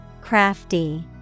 Crafty